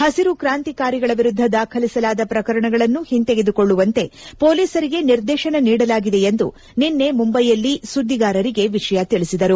ಹಸಿರು ಕ್ರಾಂತಿಕಾರಿಗಳ ವಿರುದ್ದ ದಾಖಲಿಸಲಾದ ಪ್ರಕರಣಗಳನ್ನು ಹಿಂತೆಗೆದುಕೊಳ್ಳುವಂತೆ ಪೋಲಿಸರಿಗೆ ನಿರ್ದೇಶನ ನೀಡಲಾಗಿದೆ ಎಂದು ನಿನ್ನೆ ಮುಂಬೈಯಲ್ಲಿ ಸುದ್ಗಿಗಾರರಿಗೆ ವಿಷಯ ತಿಳಿಸಿದರು